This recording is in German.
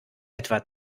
etwa